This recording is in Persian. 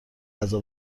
غذا